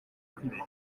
privés